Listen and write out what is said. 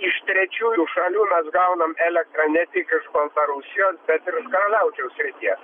iš trečiųjų šalių mes gaunam elektrą ne tik iš baltarusijos bet ir iš karaliaučiaus srities